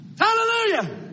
Hallelujah